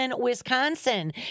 Wisconsin